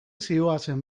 zihoazen